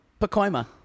Pacoima